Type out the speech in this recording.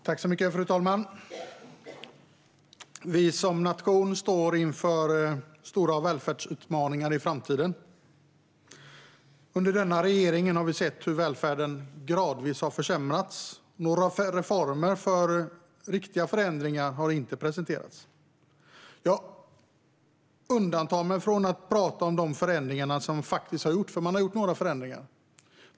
Fru talman! Vi som nation står inför stora välfärdsutmaningar i framtiden. Under denna regering har vi sett hur välfärden gradvis har försämrats, och några reformer för riktiga förändringar har inte presenterats. Jag avstår från att prata om de förändringar som faktiskt har gjorts, för några är det.